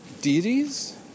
deities